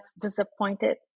disappointed